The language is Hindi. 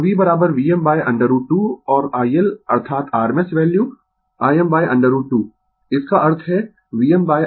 तो V Vm√ 2 और iL अर्थात rms वैल्यू Im√ 2 इसका अर्थ है Vmr √2